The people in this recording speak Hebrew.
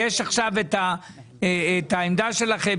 יש עכשיו את העמדה שלכם,